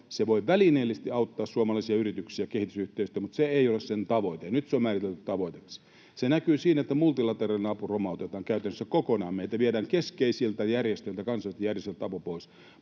Se voi välineellisesti auttaa suomalaisia yrityksiä kehitysyhteistyössä, mutta se ei ole sen tavoite, ja nyt se on määritelty tavoitteeksi. Se näkyy siinä, että multilateraalinen apu romautetaan käytännössä kokonaan. Meillä viedään keskeisiltä järjestöiltä apu pois.